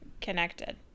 connected